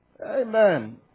Amen